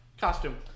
costume